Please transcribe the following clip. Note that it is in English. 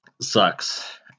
sucks